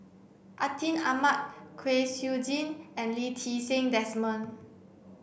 Atin Amat Kwek Siew Jin and Lee Ti Seng Desmond